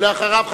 ואחריו,